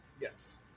yes